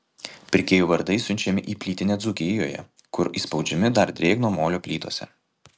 pirkėjų vardai siunčiami į plytinę dzūkijoje kur įspaudžiami dar drėgno molio plytose